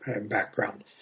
background